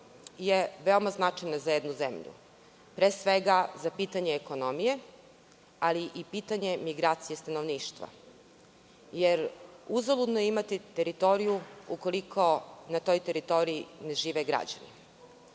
je veoma značajna za jednu zemlju, pre svega za pitanje ekonomije, ali i pitanje migracije stanovništva, jer uzaludno je imati teritoriju ukoliko na toj teritoriji ne žive građani.U